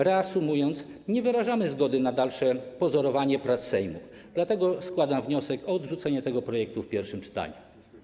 Reasumując, nie wyrażamy zgody na dalsze pozorowanie prac Sejmu, dlatego składam wniosek o odrzucenie tego projektu w pierwszym czytaniu.